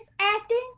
acting